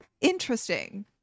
interesting